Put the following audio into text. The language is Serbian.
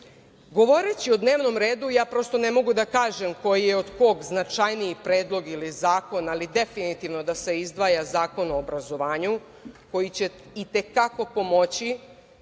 o dnevnom redu ja prosto ne mogu da kažem koji je od kog značajniji predlog ili zakon, ali definitivno da se izdvaja Zakon o obrazovanju, koji će i te kako pomoći,